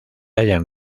hallan